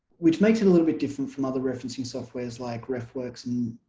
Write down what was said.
which makes it a little bit different from other referencing softwares like refworks and